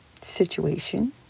situation